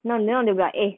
no no they like eh